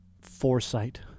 foresight